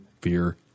fear